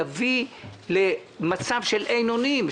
יביא למצב של אין אונים,